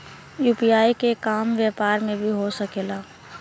UPI के काम व्यापार में भी हो सके ला?